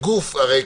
אפשר להמשיך הלאה.